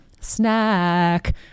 Snack